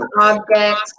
objects